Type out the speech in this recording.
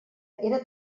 era